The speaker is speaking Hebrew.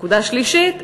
נקודה שלישית,